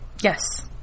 Yes